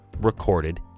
recorded